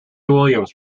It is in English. williams